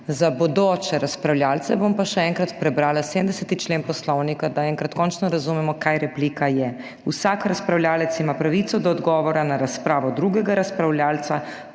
Za bodoče razpravljavce bom pa še enkrat prebrala 70. člen Poslovnika, da enkrat končno razumemo, kaj replika je: »Vsak razpravljavec ima pravico do odgovora na razpravo drugega razpravljavca,